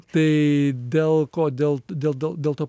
tai dėl ko dėl dėl dėl dėl to p